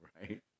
Right